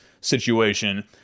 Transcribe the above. situation